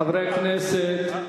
חברי הכנסת,